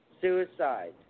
suicide